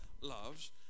loves